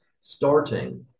starting